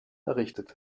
errichtet